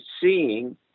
seeing